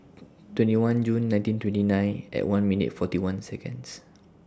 twenty one June nineteen twenty nine At one minute forty one Seconds